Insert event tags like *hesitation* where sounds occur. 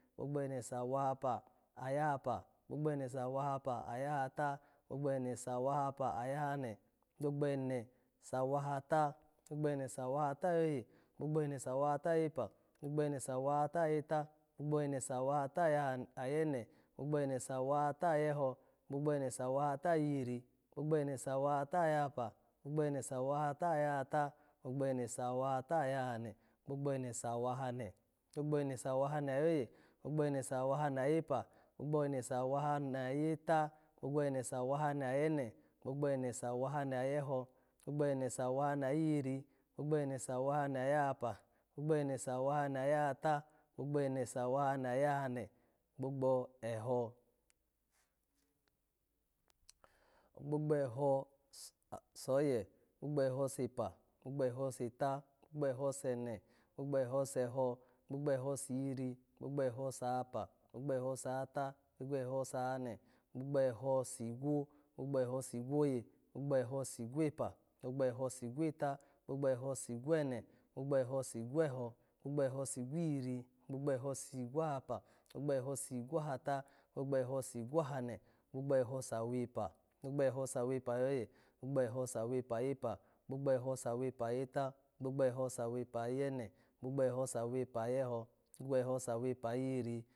Ogbo gbo ene sawahapa apa. gbogbo ahapa yahata, gbogbo sawahapa ayahane, bogbo ene sawahata, gbogbo ene sawahata ayoye. gbogbo e sawahata ayepa, gbogbo ene sawahata yeta, gbogbo ene sawahaat ayahan-ayene, gbogbo ene sawahata ayeho, gbogbo ne sawahata ayihiri, gbogbo ene sawahata ayahayapa, gbogbo ene sawahata ayahayata, gbogbo ene sawahata ayahane. bo ene sawahane. gbogbo e sawahane ayaye, gbogbo ene sawahne ayepa, gbogbo ene sawahane ayeta, gbogbo ene sawahane ayene, gbogbo ene sawahane ayeho. gbogbo ene sawahane ayihiri, gbogbo ene sawahane ayahapa, gbogbo ene sawahane ayahata, gbogbo ene sawahane ayahane, gbogbo eho, gbogbo eho *hesitation* soye, gbogbo eho sepa, gbogbo eho seta gbogbo eho sene, gbogbo eho seho, gbogbo eho sihiri, gbogbo eho sahapa, gbogbo eho sahata, gbogbo eho sahane. gbogbo ho sigwo, gbogbo eho sigwoye, gbogbo eho sigwepa, gbogbo eho sigweta, gbogbo eho sigwepa, gbogbo eho sigweta, gbogbo eho sigwene, gbogbo eho sigweho, gbogbo eho sigwihiri, gbogbo eho sigwahapa, gbogbo eho sawepa. gbogbo eho sawepa ayoye, gbogbo eho sawepa ayepa. gbogbo eho sawepa ayeta. gbogbo eho sawepa ayene gbogbo eho sawepa ayeho, gbogbo eho sawepa ayihiri